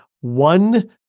one